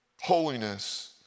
Holiness